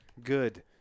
good